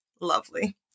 lovely